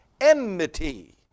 enmity